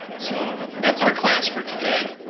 so that's our class for today.